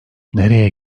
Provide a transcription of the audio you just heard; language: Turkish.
nereye